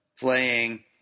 playing